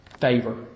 Favor